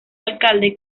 alcalde